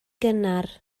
gynnar